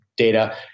data